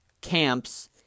camps